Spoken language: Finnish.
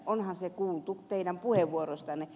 onhan se kuultu teidän puheenvuoroistanne